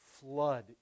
flood